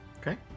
Okay